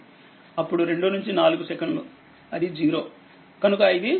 అప్పుడు 2 నుంచి 4 సెకన్లు అది 0 కనుకఇది 0